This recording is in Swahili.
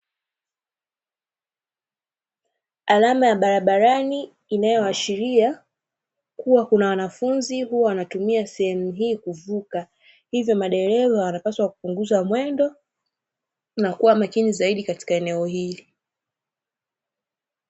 Alama ya barabarani inayoashiria kuwa kuna wanafunzi huwa wanatumia sehemu hii kuvuka, hivyo madereva wanapaswa kupunguza mwendo na kuwa makini zaidi katika eneo hili.